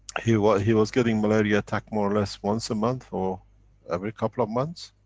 he was he was getting malaria attack more or less once a month, or every couple of months.